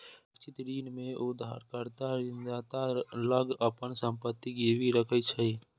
सुरक्षित ऋण मे उधारकर्ता ऋणदाता लग अपन संपत्ति गिरवी राखै छै